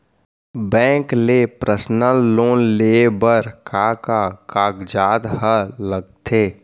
Bank ले personal loan लेये बर का का कागजात ह लगथे?